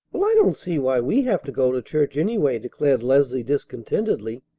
well, i don't see why we have to go to church, anyway, declared leslie discontentedly.